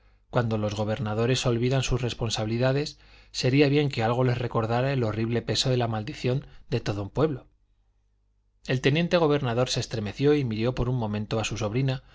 cuando los gobernadores olvidan sus responsabilidades sería bien que algo les recordara el horrible peso de la maldición de todo un pueblo el teniente gobernador se estremeció y miró por un momento a su sobrina